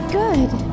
good